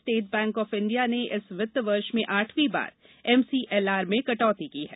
state Bank of India ने इस वित्त वर्ष में आठवीं बार एमसीएलआर में कटौती की है